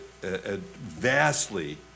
vastly